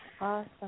Awesome